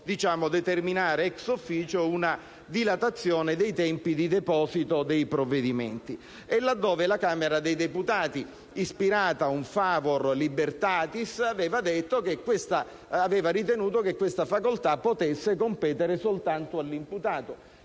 stesso determinare, *ex officio*, una dilatazione dei tempi di deposito dei provvedimenti; la Camera dei deputati, invece, ispirata a un *favor libertatis*, aveva ritenuto che questa facoltà potesse competere solo all'imputato,